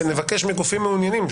ונבקש מגופים מעוניינים,